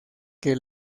que